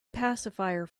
pacifier